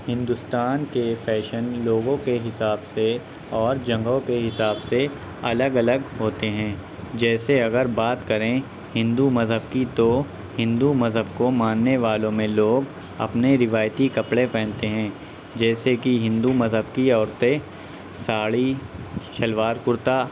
ہندوستان کے فیشن لوگوں کے حساب سے اور جگہوں کے حساب سے الگ الگ ہوتے ہیں جیسے اگر بات کریں ہندو مذہب کی تو ہندو مذہب کو ماننے والوں میں لوگ اپنے روایتی کپڑے پہنتے ہیں جیسے کہ ہندو مذہب کی عورتیں ساڑی شلوار کُرتا